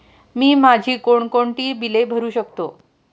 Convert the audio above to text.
मी माझी कोणकोणती बिले भरू शकतो?